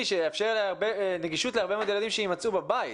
שיאפשר נגישות להרבה מאוד ילדים שיימצאו בבית,